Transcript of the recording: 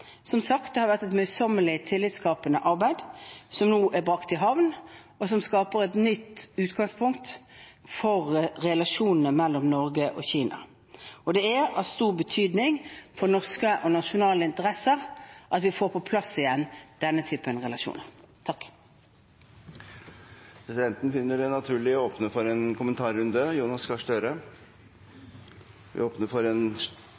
som sagt et møysommelig, tillitskapende arbeid som nå er brakt i havn, og som skaper et nytt utgangspunkt for relasjonene mellom Norge og Kina. Det er av stor betydning for norske og nasjonale interesser at vi får på plass igjen denne typen relasjoner. Presidenten finner det naturlig å åpne for en kommentarrunde,